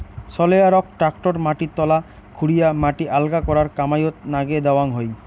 সয়েলারক tractor মাটি তলা খুরিয়া মাটি আলগা করার কামাইয়ত নাগে দ্যাওয়াং হই